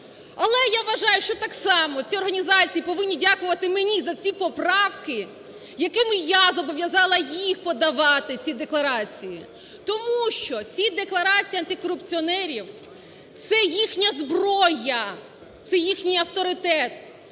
Але я вважаю, що так само ці організації повинні дякувати мені за ці поправки, якими я зобов'язала їх подавати ці декларації, тому що ці декларації антикорупціонерів – це їхня зброя, це їхній авторитет,